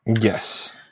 Yes